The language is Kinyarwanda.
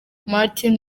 martin